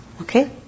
okay